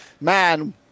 man